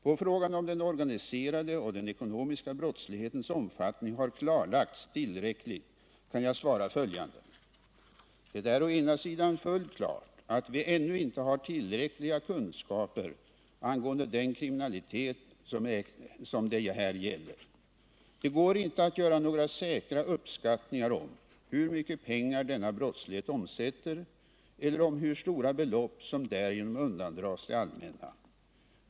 På frågan om den organiserade och den ekonomiska brottslighetens omfattning har kartlagts tillräckligt kan jag svara följande. Det är å ena sidan fullt klart att vi ännu inte har tillräckliga kunskaper angående den kriminalitet som det här gäller. Det går inte att göra några säkra uppskattningar om hur mycket pengar denna brottslighet omsätter eller om hur stora belopp som därigenom undandras det allmänna.